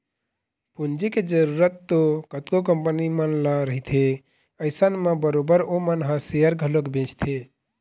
पूंजी के जरुरत तो कतको कंपनी मन ल रहिथे अइसन म बरोबर ओमन ह सेयर घलोक बेंचथे